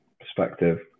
perspective